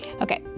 Okay